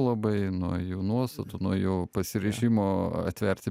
labai nuo jo nuostatų nuo jo pasiryžimo atverti